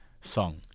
song